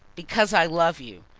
because i love you,